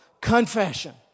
confession